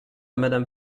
madame